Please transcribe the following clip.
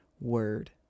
word